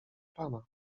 pana